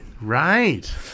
Right